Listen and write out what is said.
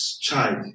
child